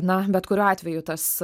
na bet kuriuo atveju tas